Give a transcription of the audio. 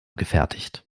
gefertigt